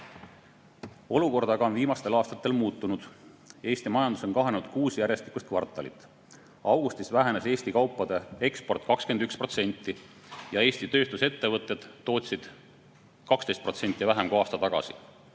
on aga viimastel aastatel muutunud. Eesti majandus on kahanenud kuus järjestikust kvartalit. Augustis vähenes Eesti kaupade eksport 21% ja Eesti tööstusettevõtted tootsid 12% vähem kui aasta tagasi.